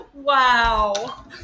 Wow